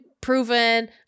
proven